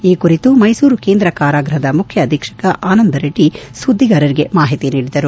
ಈ ಕುರಿತು ಮೈಸೂರು ಕೇಂದ್ರ ಕಾರಾಗೃಹದ ಮುಖ್ಯ ಅಧೀಕ್ಷಕ ಆನಂದ್ ರೆಡ್ಡಿ ಸುದ್ದಿಗಾರರಿಗೆ ಮಾಹಿತಿ ನೀಡಿದರು